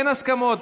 אין הסכמות,